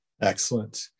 Excellent